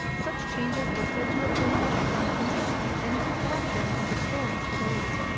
such changes were said to have been made in the interest of ending corruption and restoring stability.